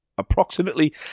approximately